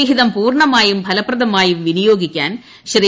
വിഹിതം പൂർണ്ണമായും ഫലപ്രദമായും വിനിയോഗിക്കാൻ ശ്രീ